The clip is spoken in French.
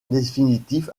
définitif